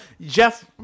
Jeff